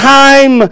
time